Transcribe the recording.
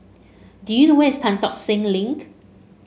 do you know where is Tan Tock Seng Link